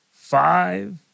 five